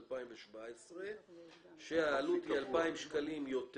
כאשר העלות היא 2,000 שקלים יותר.